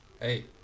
hey